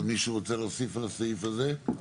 עוד מישהו רוצה להוסיף על הסעיף הזה?